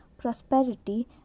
prosperity